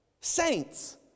saints